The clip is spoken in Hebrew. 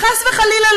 חס וחלילה,